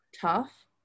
tough